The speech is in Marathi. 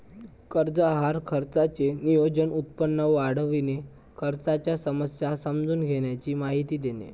कर्ज आहार खर्चाचे नियोजन, उत्पन्न वाढविणे, खर्चाच्या समस्या समजून घेण्याची माहिती देणे